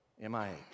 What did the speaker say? M-I-H